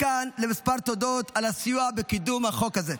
מכאן לכמה תודות על הסיוע בקידום החוק זה: